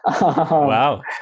Wow